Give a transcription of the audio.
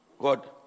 God